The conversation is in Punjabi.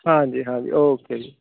ਹਾਂਜੀ ਹਾਂਜੀ ਓਕੇ ਜੀ